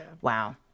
wow